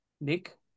Nick